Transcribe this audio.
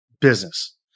business